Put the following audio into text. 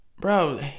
Bro